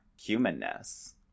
humanness